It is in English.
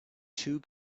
two